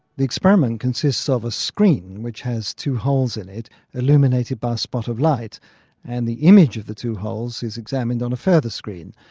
the experiment consists of a screen which has two holes in it illuminated by a spot of light and the image of the two holes is examined on a further screen.